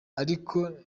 ariko